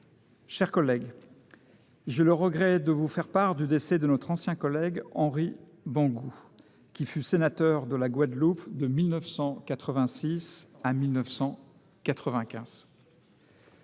chers collègues, j’ai le regret de vous faire part du décès de notre ancien collègue Henri Bangou, qui fut sénateur de la Guadeloupe de 1986 à 1995.